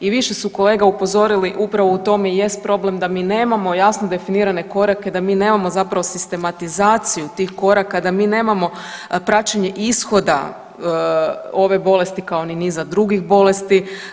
I više su kolega upozorili upravo u tome i jest problem da mi nemamo jasno definirane korake, da mi nemamo zapravo sistematizaciju tih koraka, da mi nemamo praćenje ishoda ove bolesti kao ni niza drugih bolesti.